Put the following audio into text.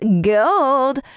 gold